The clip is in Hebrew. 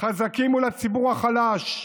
חזקים מול הציבור החלש,